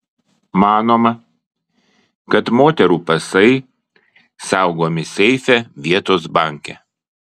manoma kad moterų pasai saugomi seife vietos banke